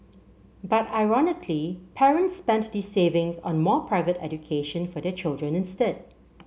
but ironically parents spent these savings on more private education for their children instead